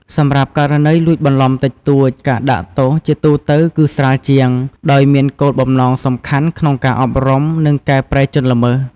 សម្រាប់ករណីលួចបន្លំតិចតួច ការដាក់ទោសជាទូទៅគឺស្រាលជាង ដោយមានគោលបំណងសំខាន់ក្នុងការអប់រំ និងកែប្រែជនល្មើស។